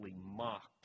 mocked